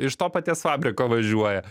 iš to paties fabriko važiuoja